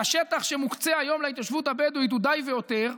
והשטח שמוקצה היום להתיישבות הבדואית הוא די והותר.